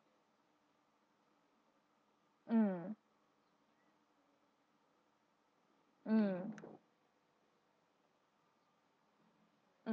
mm mm